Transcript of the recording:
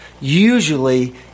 usually